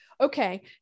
okay